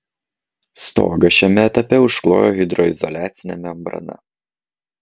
stogą šiame etape užklojo hidroizoliacine membrana